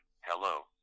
Hello